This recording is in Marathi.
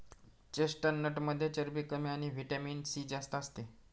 चेस्टनटमध्ये चरबी कमी आणि व्हिटॅमिन सी जास्त असते